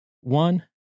One